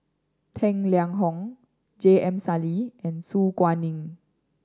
Tang Liang Hong J M Sali and Su Guaning